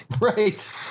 Right